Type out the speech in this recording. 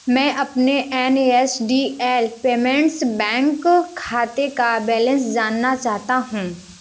मैं अपने N S D L payments bank खाते का बैलेंस जानना चाहता हूँ